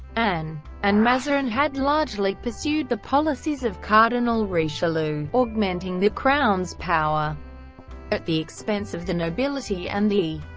anne and mazarin had largely pursued the policies of cardinal richelieu, augmenting the crown's power at the expense of the nobility and the.